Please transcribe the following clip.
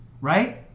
right